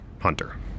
Hunter